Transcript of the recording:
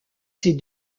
ses